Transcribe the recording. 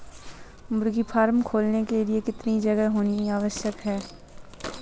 मुर्गी फार्म खोलने के लिए कितनी जगह होनी आवश्यक है?